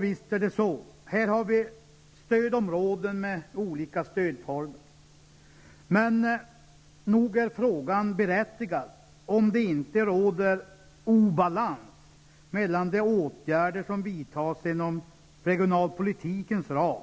Visst förekommer det sådana åtgärder, och vi har här stödområden med olika stödformer, men nog är det en berättigad fråga om det inte råder obalans mellan de åtgärder som vidtas inom regionalpolitikens ram